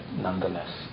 nonetheless